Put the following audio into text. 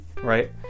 Right